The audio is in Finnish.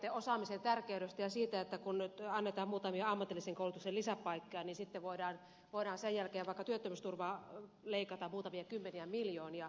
kerroitte osaamisen tärkeydestä ja siitä että kun nyt annetaan muutamia ammatillisen koulutuksen lisäpaikkoja niin sitten voidaan sen jälkeen vaikka työttömyysturvaa leikata muutamia kymmeniä miljoonia